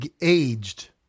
aged